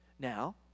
Now